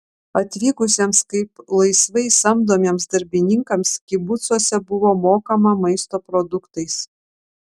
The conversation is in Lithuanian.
atvykusiems kaip laisvai samdomiems darbininkams kibucuose buvo mokama maisto produktais